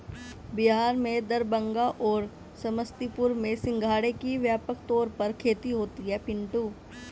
बिहार में दरभंगा और समस्तीपुर में सिंघाड़े की व्यापक तौर पर खेती होती है पिंटू